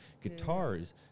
Guitars